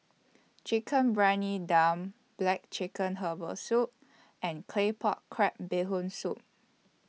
Chicken Briyani Dum Black Chicken Herbal Soup and Claypot Crab Bee Hoon Soup